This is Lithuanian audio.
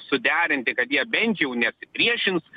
suderinti kad jie bent jau nesipriešins